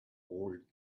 old